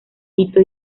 hito